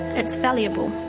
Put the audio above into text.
it's fallible.